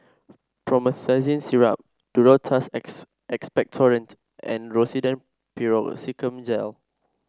Promethazine Syrup Duro Tuss Expectorant and Rosiden Piroxicam Gel